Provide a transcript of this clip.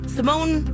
Simone